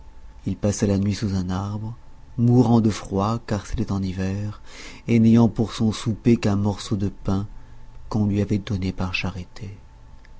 il passa la nuit sous un arbre mourant de froid car c'était en hiver et n'ayant pour son souper qu'un morceau de pain qu'on lui avait donné par charité